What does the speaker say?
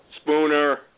Spooner